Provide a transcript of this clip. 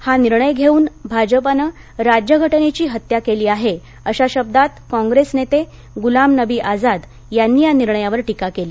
हा निर्णय घेऊन भाजपाने राज्यघटनेची हत्या केली आहे अशा शब्दात काँग्रेस नेते गुलाम नबी आझाद यांनी या निर्णयावर टीका केली